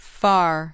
far